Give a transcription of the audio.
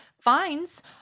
finds